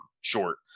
short